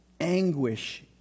anguish